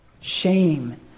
shame